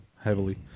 heavily